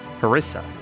Harissa